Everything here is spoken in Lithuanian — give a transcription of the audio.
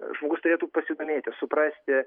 žmogus turėtų pasidomėti suprasti